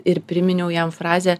ir priminiau jam frazę